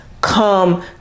come